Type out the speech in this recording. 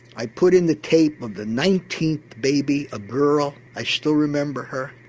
i put in the tape of the nineteenth baby, a girl, i still remember her,